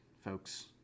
folks